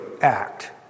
act